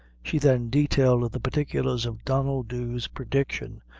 she then detailed the particulars of donnel dhu's prediction,